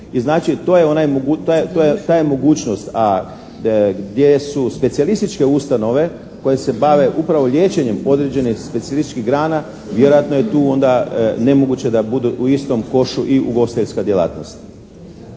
i znači to je onaj, ta je mogućnost, a gdje su specijalističke ustanove koje se bave upravo liječenjem određenih specijalističkih grana vjerojatno je tu onda nemoguće da budu u istom košu i ugostiteljska djelatnost.